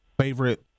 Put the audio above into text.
favorite